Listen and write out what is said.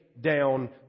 down